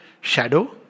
shadow